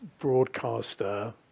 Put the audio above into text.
Broadcaster